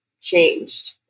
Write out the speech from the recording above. changed